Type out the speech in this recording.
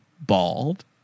bald